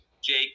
Jake